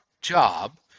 job